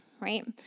right